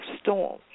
storm